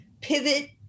pivot